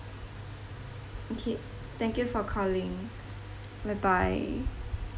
okay thank you for calling bye bye